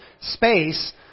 space